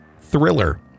thriller